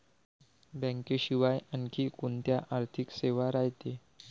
बँकेशिवाय आनखी कोंत्या आर्थिक सेवा रायते?